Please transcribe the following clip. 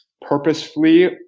purposefully